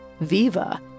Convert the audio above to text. Viva